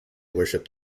worship